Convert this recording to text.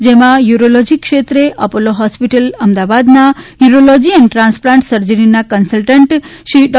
જેમાં યુરોલોજી ક્ષેત્રે Apollo hospital અમદાવાદના યુરોલોજી એન્ડ ટ્રાન્સપ્લાન્ટ સર્જરીના કન્સલ્ટન્ટ શ્રી ડૉ